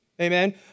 Amen